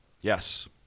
Yes